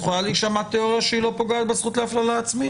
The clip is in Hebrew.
יכולה להישמע תיאוריה שהיא לא פוגעת בזכות להפללה עצמית.